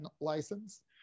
license